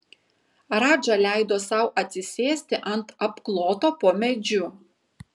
radža leido sau atsisėsti ant apkloto po medžiu